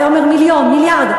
הוא היה אומר: מיליון, מיליארד.